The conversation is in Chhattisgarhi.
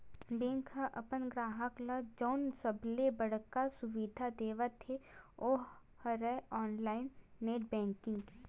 बेंक ह अपन गराहक ल जउन सबले बड़का सुबिधा देवत हे ओ हरय ऑनलाईन नेट बेंकिंग के